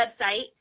website